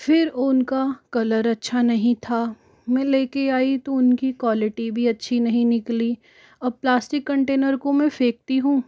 फिर उनका कलर अच्छा नहीं था मैं लेकर आई तो उनकी क्वालिटी भी अच्छी नहीं निकली और प्लास्टिक कंटेनर को मैं फेंकती हूँ